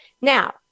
Now